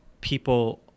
people